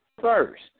first